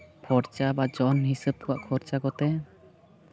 ᱠᱷᱚᱨᱪᱟ ᱵᱟ ᱡᱚᱱ ᱦᱤᱥᱟᱹᱵ ᱠᱚ ᱠᱷᱚᱨᱪᱟ ᱠᱚᱛᱮ